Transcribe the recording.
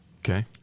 Okay